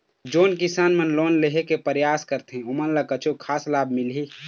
जोन किसान मन लोन लेहे के परयास करथें ओमन ला कछु खास लाभ मिलही?